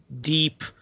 deep